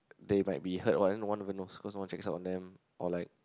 they might be hurt then no one even knows because no one checks up on them or like